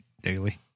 daily